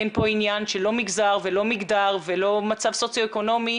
אין פה עניין של לא מגזר ולא מגדר ולא מצב סוציו-אקונומי.